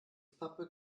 pappe